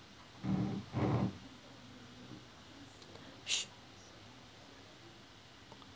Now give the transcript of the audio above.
s~